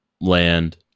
land